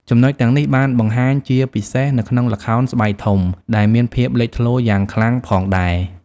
ចំណុចទាំងនេះបានបង្ហាញជាពិសេសនៅក្នុងល្ខោនស្បែកធំដែលមានភាពលេចធ្លោយ៉ាងខ្លាំងផងដែរ ។